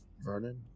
Vernon